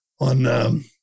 on